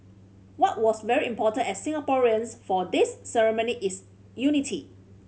what was very important as Singaporeans for this ceremony is unity